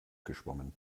geschwommen